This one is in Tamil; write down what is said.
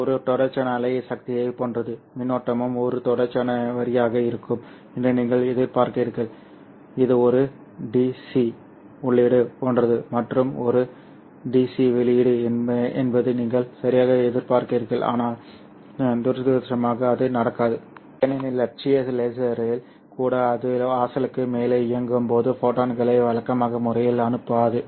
இது ஒரு தொடர்ச்சியான அலை சக்தியைப் போன்றது மின்னோட்டமும் ஒரு தொடர்ச்சியான வரியாக இருக்கும் என்று நீங்கள் எதிர்பார்க்கிறீர்கள் இது ஒரு DC உள்ளீடு போன்றது மற்றும் ஒரு DC வெளியீடு என்பது நீங்கள் சரியாக எதிர்பார்க்கிறீர்கள் ஆனால் துரதிர்ஷ்டவசமாக அது நடக்காது ஏனெனில் இலட்சிய லேசரில் கூட அது வாசலுக்கு மேலே இயங்கும்போது ஃபோட்டான்களை வழக்கமான முறையில் அனுப்பாது